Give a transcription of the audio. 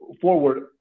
Forward